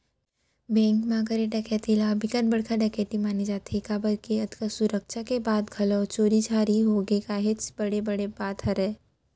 bank म करे डकैती ल बिकट बड़का डकैती माने जाथे काबर के अतका सुरक्छा के बाद घलोक कहूं चोरी हारी होगे काहेच बड़े बात बात हरय